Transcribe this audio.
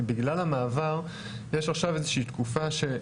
כי בגלל המעבר יש עכשיו איזושהי תקופה גם